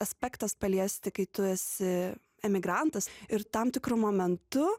aspektas paliesti kai tu esi emigrantas ir tam tikru momentu